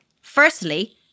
Firstly